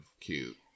cute